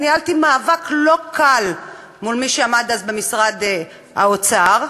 ניהלתי מאבק לא קל מול מי שעמד אז במשרד האוצר,